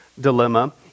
dilemma